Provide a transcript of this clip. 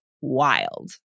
wild